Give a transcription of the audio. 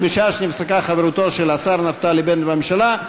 כי משעה שנפסקה חברותו של השר נפתלי בנט בממשלה,